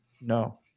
No